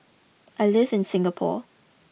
I live in Singapore